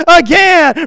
again